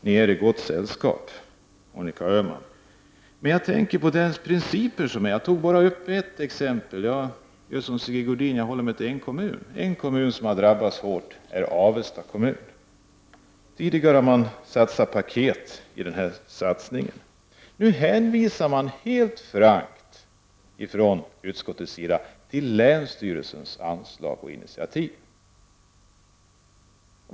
Ni är i gott sällskap, Monica Öhman. Jag gör som Sigge Godin, jag håller mig till en kommun. En kommun som har drabbats hårt är Avesta. Tidigare har Avesta ingått i de paketsatsningar som man har gjort. Nu hänvisar utskottet helt frankt till länsstyrelsens anslag och initiativ.